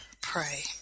pray